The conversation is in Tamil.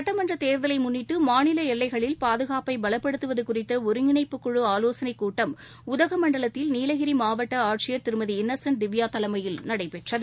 சட்டமன்றத்தேர்தலை முன்னிட்டு மாநில எல்லைகளில் பாதுகாப்பை பலப்படுத்துவது குறித்த ஒருங்கிணைப்புக்குழு ஆலோசனைக்கூட்டம் உதகமண்டலத்தில் நீலகிரி மாவட்ட ஆட்சியர் திருமதி இன்னசென்ட் திவ்யா தலைமையில் நடைபெற்றது